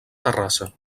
terrassa